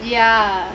ya